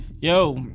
Yo